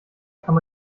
kann